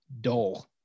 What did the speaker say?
dull